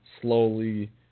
slowly –